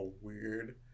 weird